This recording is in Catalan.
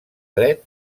dret